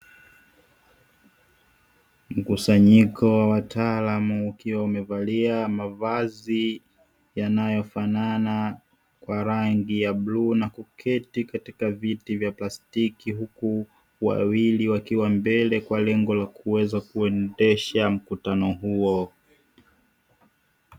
Mkusanyiko wataalamu wakiwa wamevalia mavazi yanayofanana kwa rangi ya bluu na kuketi katika viti vya plastiki, huku wawili wakiwa mbele kwa lengo la kuendesha mkutano huo.